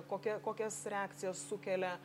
kokia kokias reakcijas sukelia